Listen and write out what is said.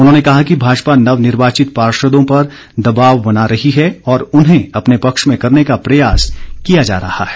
उन्होंने कहा कि भाजपा नवनिर्वाचित पार्षदों पर दबाव बना रही है और उन्हें अपने पक्ष में करने का प्रयास किया जा रहा है